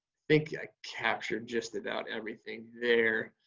think i capture just about everything there.